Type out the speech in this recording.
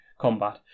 combat